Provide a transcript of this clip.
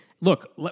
look